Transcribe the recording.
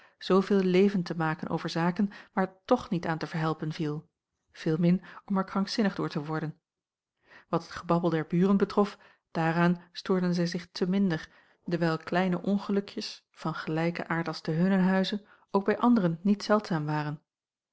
zooveel leven te maken over zaken waar toch niet aan te verhelpen viel veelmin om er krankzinnig door te worden wat het gebabbel der buren betrof daaraan stoorden zij zich te minder dewijl kleine ongelukjes van gelijken aard als te hunnen huize ook bij anderen niet zeldzaam waren